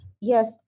Yes